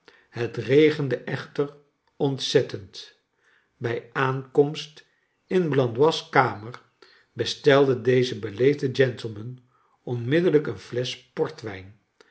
het regende echter ontzettend bij aankomst in blandois kamer bestelde deze beleefde gentleman onmiddellijk een flesch portwijn